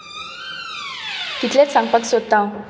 इतलेंच सांगपाक सोदता हांव